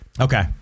Okay